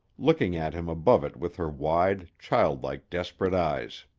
looking at him above it with her wide, childlike, desperate eyes.